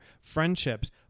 friendships